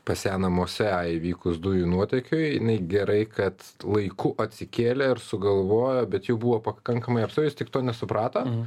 pas ją namuose įvykus dujų nuotėkiui jinai gerai kad laiku atsikėlė ir sugalvojo bet jau buvo pakankamai apsvaigus tik to nesuprato